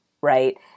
right